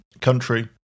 country